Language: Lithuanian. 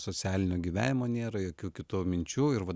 socialinio gyvenimo nėra jokių kitų minčių ir va